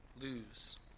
lose